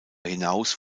hinaus